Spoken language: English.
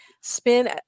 spin